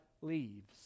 leaves